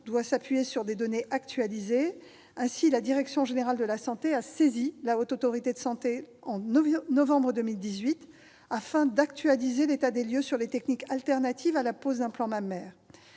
doit s'appuyer sur des données actualisées. Ainsi, la Direction générale de la santé a saisi la Haute Autorité de santé, ou HAS, au mois de novembre 2018, afin d'actualiser l'état des lieux sur les techniques alternatives à la pose d'implants mammaires.